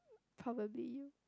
probably